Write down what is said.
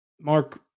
Mark